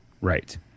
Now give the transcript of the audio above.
Right